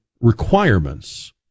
requirements